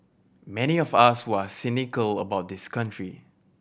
many of us who are cynical about this country